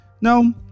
No